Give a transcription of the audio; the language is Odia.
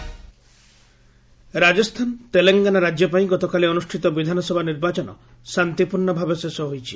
ଆସେମ୍କି ଇଲେକ୍ସନ୍ ରାଜସ୍ଥାନ ତେଲେଙ୍ଗାନା ରାଜ୍ୟ ପାଇଁ ଗତକାଲି ଅନୁଠ୍ଠେତ ବିଧାନସଭା ନିର୍ବାଚନ ଶାନ୍ତିପୂର୍ଣ୍ଣ ଭାବେ ଶେଷ ହୋଇଛି